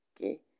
Okay